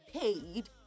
paid